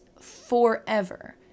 forever